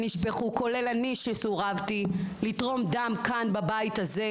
כולל אני שסורבתי לתרום דם בבית הזה.